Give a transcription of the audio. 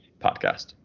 podcast